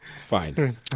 Fine